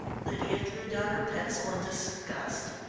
lydia threw down her pencil in disgust.